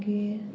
मागीर